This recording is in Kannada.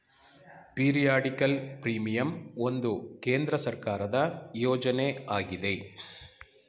ಪೀರಿಯಡಿಕಲ್ ಪ್ರೀಮಿಯಂ ಒಂದು ಕೇಂದ್ರ ಸರ್ಕಾರದ ಯೋಜನೆ ಆಗಿದೆ